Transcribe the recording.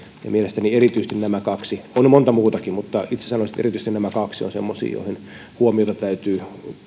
mielestäni erityisesti nämä kaksi on monta muutakin mutta itse sanoisin että erityisesti nämä kaksi ovat semmoisia joihin huomiota täytyy